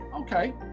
Okay